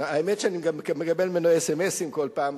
האמת שאני גם מקבל ממנו אס.אם.אסים בכל פעם,